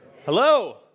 Hello